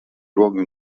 luogo